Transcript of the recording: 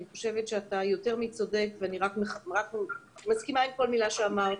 אני חושבת שאתה יותר מצודק ואני מסכימה עם כל מילה שאמרת.